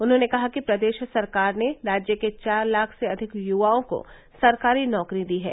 उन्होंने कहा कि प्रदेश सरकार ने राज्य के चार लाख से अधिक य्वाओं को सरकारी नौकरी दी है